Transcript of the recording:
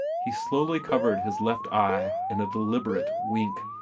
he slowly covered his left eye in a deliberate wink.